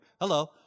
Hello